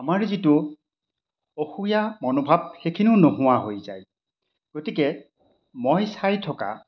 আমাৰ যিটো অসূয়া মনোভাৱ সেইখিনিও নোহোৱা হৈ যায় গতিকে মই চাই থকা